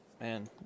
man